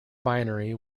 binary